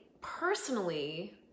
personally